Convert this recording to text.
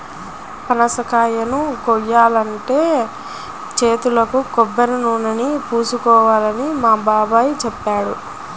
పనసకాయని కోయాలంటే చేతులకు కొబ్బరినూనెని పూసుకోవాలని మా బాబాయ్ చెప్పాడు